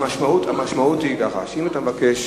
המשמעות היא ככה, אם אתה מבקש